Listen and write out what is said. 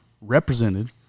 represented